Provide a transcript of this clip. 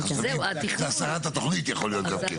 זה יכול להיות הסרת התוכנית גם כן.